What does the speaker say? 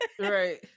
Right